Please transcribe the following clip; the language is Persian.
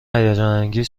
هیجانانگیز